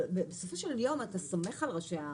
בסופו של יום אתה סומך על ראשי הערים,